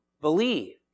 believe